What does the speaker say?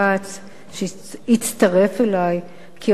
שהצטרף אלי כיוזם להצעת החוק.